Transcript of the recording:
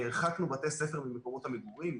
הרחקנו בתי ספר ממקומות המגורים,